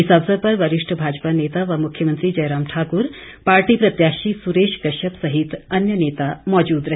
इस अवसर पर वरिष्ठ भाजपा नेता व मुख्यमंत्री जयराम ठाक्र पार्टी प्रत्याशी सुरेश कश्यप सहित अन्य नेता मौजूद रहे